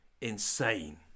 insane